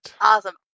Awesome